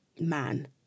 man